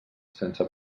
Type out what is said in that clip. sense